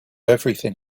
everything